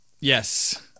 Yes